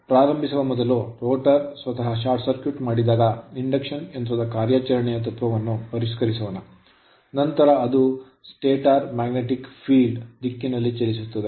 ಪ್ರಾರಂಭಿಸುವ ಮೊದಲು ರೋಟರ್ ಸ್ವತಃ ಶಾರ್ಟ್ ಸರ್ಕ್ಯೂಟ್ ಮಾಡಿದಾಗ ಇಂಡಕ್ಷನ್ ಯಂತ್ರದ ಕಾರ್ಯಾಚರಣೆಯ ತತ್ವವನ್ನು ಪರಿಷ್ಕರಿಸೋಣ ನಂತರ ಅದು ಸ್ಟಾಟರ್ magnetic field ಕಾಂತೀಯ ಕ್ಷೇತ್ರದ ದಿಕ್ಕಿನಲ್ಲಿ ಚಲಿಸುತ್ತದೆ